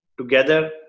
together